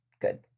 good